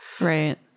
Right